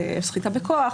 סחיטה בכוח,